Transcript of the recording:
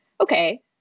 okay